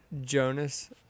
Jonas